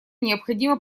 необходима